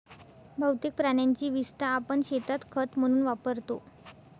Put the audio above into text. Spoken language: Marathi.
बहुतेक प्राण्यांची विस्टा आपण शेतात खत म्हणून वापरतो